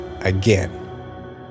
again